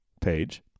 page